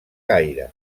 gaire